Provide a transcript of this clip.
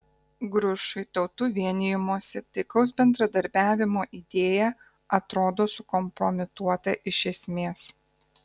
grušui tautų vienijimosi taikaus bendradarbiavimo idėja atrodo sukompromituota iš esmės